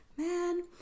man